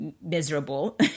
miserable